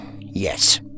yes